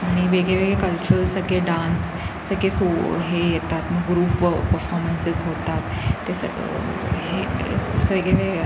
आणि वेगवेगळे कल्चर सगळे डान्स सगळे सो हे येतात मग ग्रुप व पफॉर्मन्सीस होतात ते सग हे वेगळे वेग